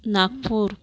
Nagpur